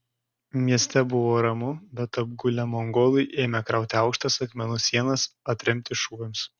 mieste buvo ramu bet apgulę mongolai ėmė krauti aukštas akmenų sienas atremti šūviams